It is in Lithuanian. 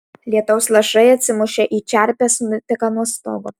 lietaus lašai atsimušę į čerpes nuteka nuo stogo